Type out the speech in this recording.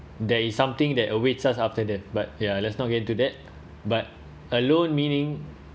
there is something that awaits us after that but ya let's not get into that but alone meaning